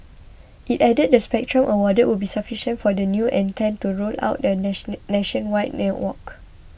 it added the spectrum awarded would be sufficient for the new entrant to roll out a nationwide network